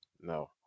No